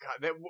God